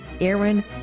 Aaron